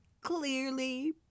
clearly